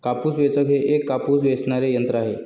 कापूस वेचक हे एक कापूस वेचणारे यंत्र आहे